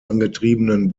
angetriebenen